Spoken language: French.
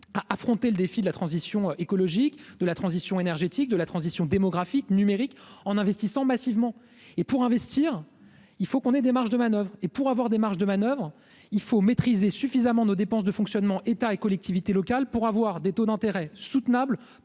à affronter le défi de la transition écologique de la transition énergétique de la transition démographique numérique en investissant massivement et pour investir, il faut qu'on ait des marges de manoeuvre et pour avoir des marges de manoeuvre, il faut maîtriser suffisamment nos dépenses de fonctionnement, État et collectivités locales pour avoir des taux d'intérêt soutenable